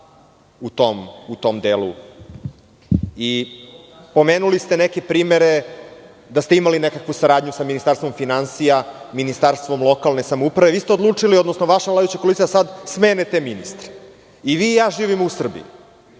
u tom delu. Pomenuli ste neke primere, da ste imali nekakvu saradnju sa Ministarstvom finansija, Ministarstvom lokalne samouprave. Vi ste odlučili, odnosno vaša vladajuća koalicija, da sad smene te ministre. I vi i ja živimo u Srbiji.